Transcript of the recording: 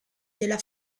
nella